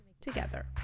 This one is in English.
together